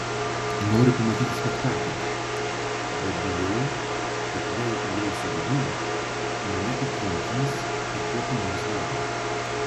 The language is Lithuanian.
noriu pamatyti spektaklį bet bijau kad jei įeisiu vidun mane įkinkys į kokį nors darbą